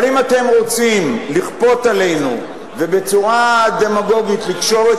אבל אם אתם רוצים לכפות עלינו ובצורה דמגוגית לקשור את